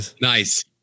nice